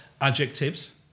adjectives